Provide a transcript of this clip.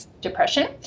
depression